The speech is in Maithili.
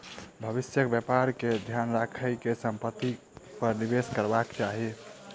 भविष्यक व्यापार के ध्यान राइख के संपत्ति पर निवेश करबाक चाही